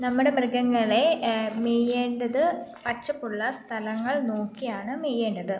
നമ്മുടെ മൃഗങ്ങളെ മെയ്യേണ്ടത് പച്ചപ്പുള്ള സ്ഥലങ്ങൾ നോക്കിയാണ് മെയ്യേണ്ടത്